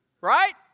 Right